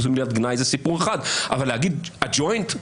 זאת מילת גנאי אבל להגיד על הג'וינט?